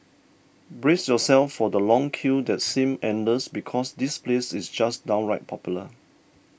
brace yourself for the long queue that seem endless because this place is just downright popular